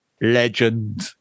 legend